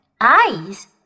eyes